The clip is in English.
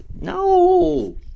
no